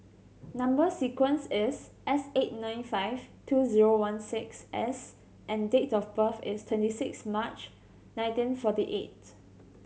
number sequence is S eight nine five two zero one six S and date of birth is twenty six March nineteen forty eight